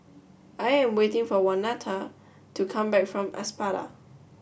I am waiting for Waneta to come back from Espada